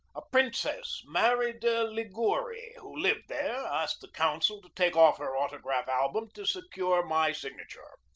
a princess mary de ligouri, who lived there, asked the consul to take off her autograph album to secure my signa ture.